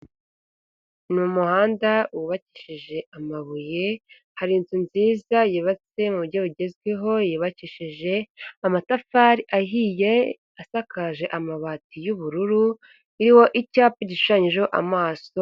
Ni umuhanda wubakishije amabuye, hari inzu nziza yubatse mu buryo bugezweho yubakishije amatafari ahiye, asakaje amabati y'ubururu, iriho icyapa gishushanyije amaso.